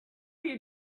you